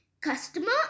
Customer